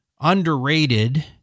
underrated